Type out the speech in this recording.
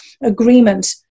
agreement